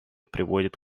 приводят